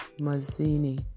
Mazzini